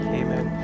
amen